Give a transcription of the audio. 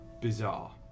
bizarre